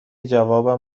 جوابم